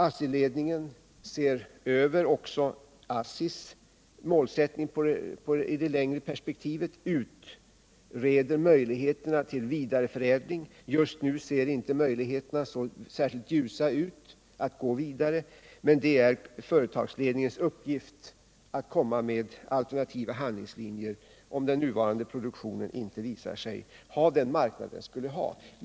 ASSI ledningen ser också över ASSI:s målsättning i det längre perspektivet och utreder möjligheterna till vidareförädling. Just nu ser utsikterna att gå vidare inte särskilt ljusa ut, men det är företagsledningens uppgift att ange alternativa handlingslinjer, om den nuvarande produktionen inte visar sig ha den marknad den borde ha.